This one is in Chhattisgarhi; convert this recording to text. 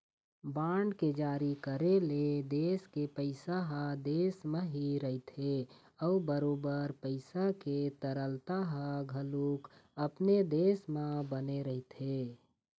बांड के जारी करे ले देश के पइसा ह देश म ही रहिथे अउ बरोबर पइसा के तरलता ह घलोक अपने देश म बने रहिथे